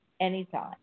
anytime